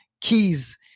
keys